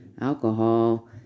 Alcohol